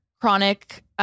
chronic